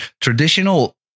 traditional